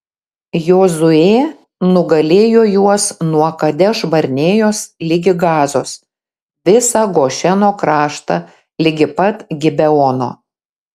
jozuė nugalėjo juos nuo kadeš barnėjos ligi gazos visą gošeno kraštą ligi pat gibeono